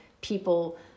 people